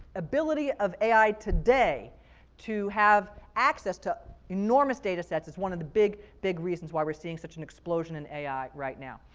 ability of ai today to have access to enormous data sets is one of the big, big reasons of why we're seeing such an explosion in ai right now.